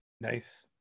Nice